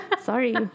sorry